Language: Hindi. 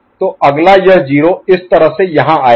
तो अगला यह 0 इस तरह से यहाँ आएगा